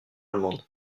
allemande